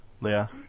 Leah